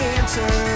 answer